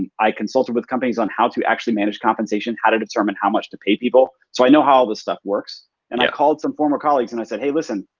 and i consulted with companies on how to actually manage compensation. how to determine how to pay people. so i know how this stuff works and i called some former colleagues and i said, hey, listen.